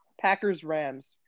Packers-Rams